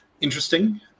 interesting